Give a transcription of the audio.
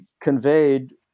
conveyed